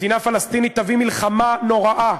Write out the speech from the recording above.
מדינה פלסטינית תביא מלחמה נוראה,